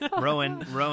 Rowan